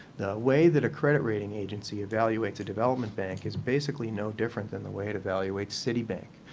the way that a credit rating agency evaluates a development bank is basically no different than the way it evaluates citibank.